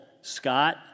Scott